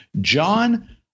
John